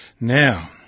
Now